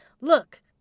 Look